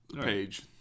page